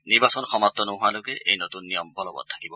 নিৰ্বাচন সমাপ্ত নোহোৱালৈকে এই নতুন নিয়ম বলৱৎ থাকিব